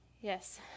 Yes